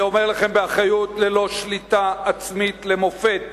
אני אומר לכם באחריות: ללא שליטה עצמית למופת